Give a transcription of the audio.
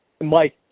Mike